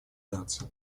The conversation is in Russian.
наций